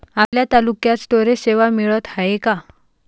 आपल्या तालुक्यात स्टोरेज सेवा मिळत हाये का?